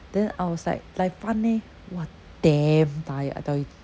then I was like like fun eh !wah! damn tired I tell you